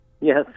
Yes